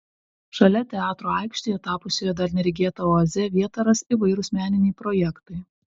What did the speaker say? šalia teatro aikštėje tapusioje dar neregėta oaze vietą ras įvairūs meniniai projektai